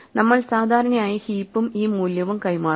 നമ്മൾ സാധാരണയായി ഹീപ്പും ഈ മൂല്യവും കൈമാറും